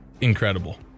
incredible